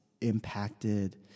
impacted